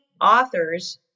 authors